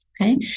Okay